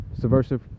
subversive